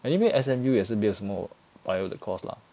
anyway S_M_U 也是没有什么 bio 的 course lah